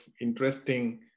interesting